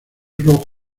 rojo